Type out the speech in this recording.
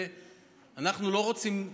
אנחנו לא רוצים,